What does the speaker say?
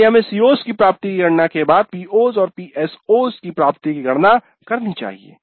इसलिए हमें CO's की प्राप्ति की गणना के बाद PO's और PSO's की प्राप्ति की गणना करनी चाहिए